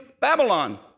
Babylon